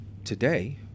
Today